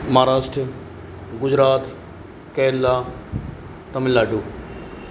Maharashtra Gujarat Kerala Tamil Nadu